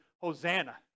hosanna